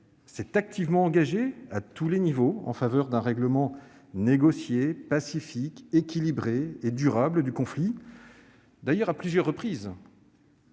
s'est activement engagé à tous les niveaux en faveur d'un règlement négocié, pacifique, équilibré et durable du conflit. D'ailleurs, à plusieurs reprises,